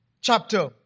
chapter